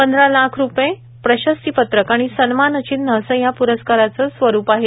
पंधरा लाख रुपये प्रशस्तीपत्रक आणि सन्मानचिन्ह असं या प्रस्काराचे स्वरुप आहे